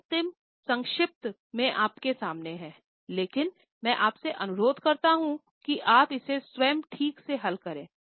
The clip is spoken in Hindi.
अब यह अंतिम संक्षिप्त में आपके सामने है लेकिन मैं आपसे अनुरोध करता हूं कि आप इसे स्वयं ठीक से हल करें